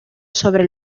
sobre